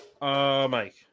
Mike